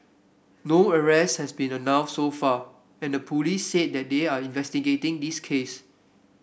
no arrests have been announced so far and the police said they are investigating the case